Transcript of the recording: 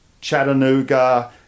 chattanooga